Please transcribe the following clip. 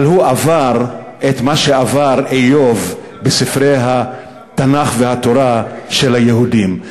אבל הוא עבר את מה שעבר איוב בספרי התנ"ך והתורה של היהודים.